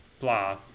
Blah